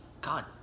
God